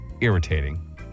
irritating